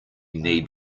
need